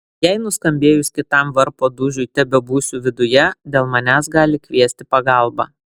jei nuskambėjus kitam varpo dūžiui tebebūsiu viduje dėl manęs gali kviesti pagalbą